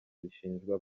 bashinjwa